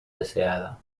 deseada